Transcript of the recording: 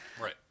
right